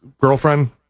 girlfriend